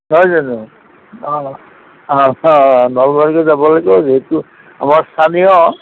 নহয় জানো অঁ অঁ অঁ নলবাৰীতো যাব লাগিব যিহেতু আমাৰ স্থানীয়